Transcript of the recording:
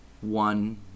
one